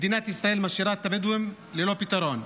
מדינת ישראל משאירה את הבדואים ללא פתרון,